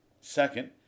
Second